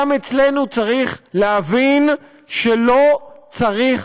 גם אצלנו צריך להבין שלא צריך